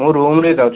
ମୁଁ ରୁମ୍ ରେ ଏକା ଅଛି